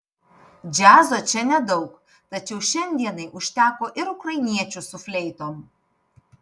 džiazo čia nedaug tačiau šiandienai užteko ir ukrainiečių su fleitom